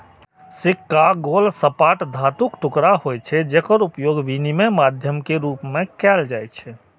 सिक्का गोल, सपाट धातुक टुकड़ा होइ छै, जेकर उपयोग विनिमय माध्यम के रूप मे कैल जाइ छै